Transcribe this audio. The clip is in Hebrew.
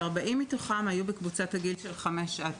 כ-40% מתוכם היו בקבוצת הגיל של 5-9,